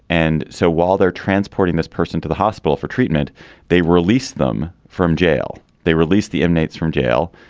and so while they're transporting this person to the hospital for treatment they release them from jail they release the emanates from jail.